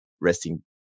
resting